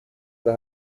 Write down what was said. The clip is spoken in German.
der